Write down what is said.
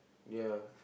ya